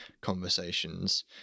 conversations